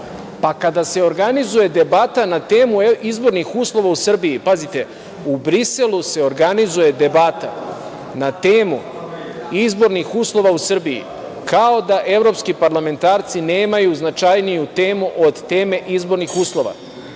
kada se organizuje debata na temu izbornih uslova u Srbiji, pazite, u Briselu se organizuje debata na temu izbornih uslova u Srbiji, kao da Evropski parlamentarci nemaju značajniju temu od teme izbornih uslova. Tada